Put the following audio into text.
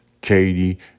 Katie